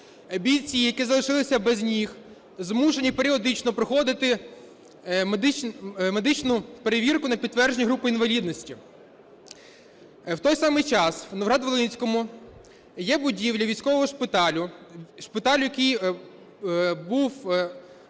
Бійці, які залишилися без ніг, змушені періодично проходити медичну перевірку на підтвердження групи інвалідності. В той самий час в Новоград-Волинському є будівлі військового шпиталю, шпиталю, який був